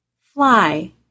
Fly